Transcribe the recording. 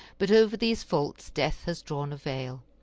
but over these faults death has drawn a veil.